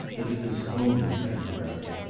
that it was only temporary.